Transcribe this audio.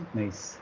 nice